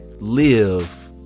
Live